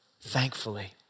Thankfully